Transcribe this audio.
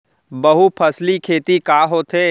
बहुफसली खेती का होथे?